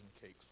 cakes